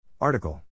Article